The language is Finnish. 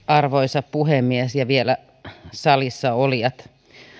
arvoisa puhemies ja salissa vielä olevat